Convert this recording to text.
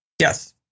Yes